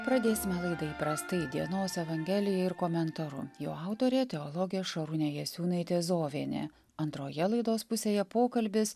pradėsime laidą įprastai dienos evangelija ir komentaru jo autorė teologė šarūnė jasiūnaitė zovienė antroje laidos pusėje pokalbis